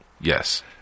Yes